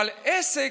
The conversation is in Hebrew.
אבל עסק,